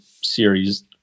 series